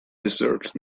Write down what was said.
desert